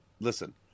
Listen